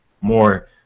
more